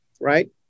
right